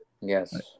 Yes